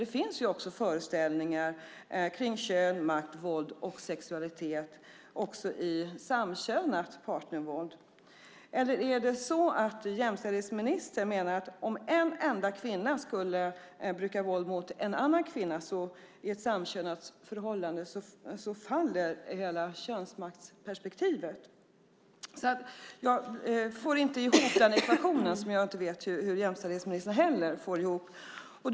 Det finns föreställningar kring kön, makt, våld och sexualitet också i samkönat partnervåld. Eller menar jämställdhetsministern att om en enda kvinna skulle bruka våld mot en annan kvinna i ett samkönat förhållande så faller hela könsmaktsperspektivet? Jag får inte ihop ekvationen, och jag vet inte heller hur jämställdhetsministern får ihop den.